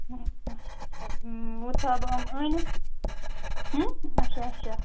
اَچھا اَچھا وۅں تھاوَو بہٕ یِم ٲنِتھ اَچھا اَچھا